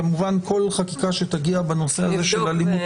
כמובן כל חקיקה שתגיע בנושא אלימות